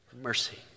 mercy